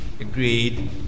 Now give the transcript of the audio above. agreed